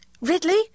Ridley